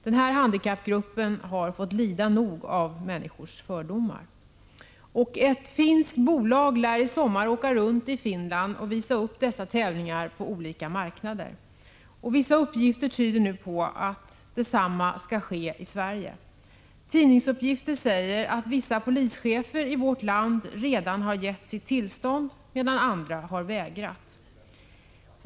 Denna handikappgrupp har fått lida nog av människors fördomar. Ett finskt bolag lär i sommar åka runt i Finland och visa upp dessa tävlingar på olika marknader. Vissa uppgifter tyder nu på att detsamma skall ske i Sverige. Enligt tidningsuppgifter har vissa polischefer i vårt land redan gett sitt tillstånd, medan andra har vägrat.